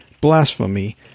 blasphemy